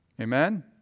Amen